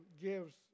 gives